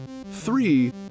three